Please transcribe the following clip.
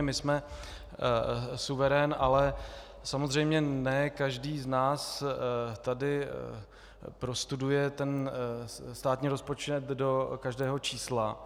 My jsme suverén, ale samozřejmě ne každý z nás tady prostuduje státní rozpočet do každého čísla.